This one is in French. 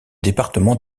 département